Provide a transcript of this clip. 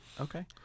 okay